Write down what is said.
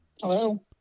Hello